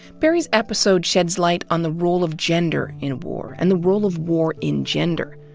barry's episode sheds light on the role of gender in war, and the role of war in gender.